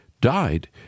died